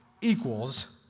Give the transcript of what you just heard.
equals